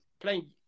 playing